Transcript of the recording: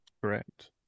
Correct